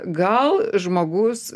gal žmogus